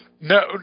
No